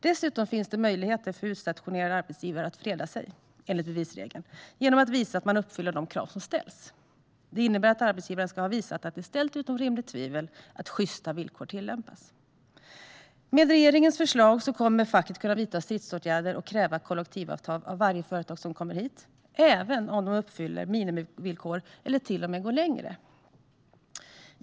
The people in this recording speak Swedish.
Dessutom finns det möjligheter för utstationerande arbetsgivare att freda sig enligt bevisregeln genom att visa att man uppfyller de krav som ställs. Det innebär att arbetsgivaren ska ha visat att det är ställt utom rimligt tvivel att sjysta villkor tillämpas. Med regeringens förslag kommer facket att kunna vidta stridsåtgärder och kräva kollektivavtal av varje företag som kommer hit - även om de uppfyller minimivillkor eller till och med går längre.